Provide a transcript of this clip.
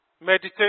meditation